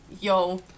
Yo